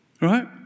right